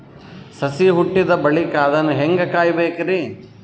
ಸಸಿ ಹುಟ್ಟಿದ ಬಳಿಕ ಅದನ್ನು ಹೇಂಗ ಕಾಯಬೇಕಿರಿ?